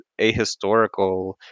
ahistorical